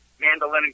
mandolin